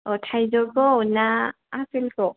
औ थाइजौखौ ना आपेलखौ